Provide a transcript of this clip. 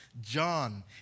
John